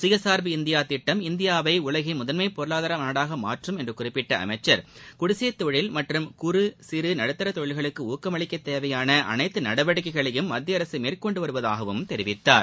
சுய சார்பு இந்தியா திட்டம் இந்தியாவை உலகின் முதன்மை பொருளாதார நாடாக மாற்றும் என்று குறிப்பிட்ட அமைச்சர் குடிசைத்தொழில் மற்றும் குறு சிறு நடுத்தர தொழில்களுக்கு ஊக்கம் அளிக்க தேவையாள அனைத்து நடவடிக்கைகளையும் மத்திய அரசு மேற்கொண்டு வருவதாகவும் தெரிவித்தார்